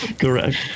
Correct